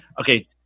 Okay